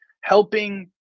helping